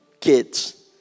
kids